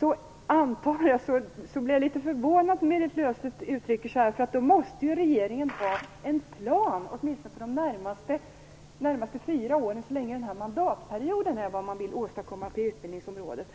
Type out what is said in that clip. Därför blir jag litet förvånad när Berit Löfstedt uttrycker sig som hon gör. Regeringen måste ju ha en plan, åtminstone för de närmaste fyra åren, dvs. den här mandatperioden, för vad man vill åstadkomma på utbildningsområdet.